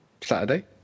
Saturday